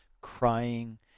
crying